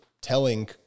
telling